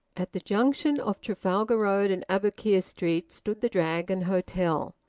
at the junction of trafalgar road and aboukir street stood the dragon hotel,